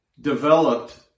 developed